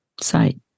Sight